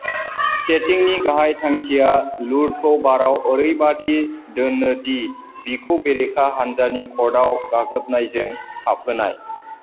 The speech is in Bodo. सेटिंनि गाहाय थांखिया लुरखौ बाराव ओरैबायदि दोननो दि बेखौ बेरेखा हानजानि कर्टआव गाग्लोबनायजों हाबहोनाय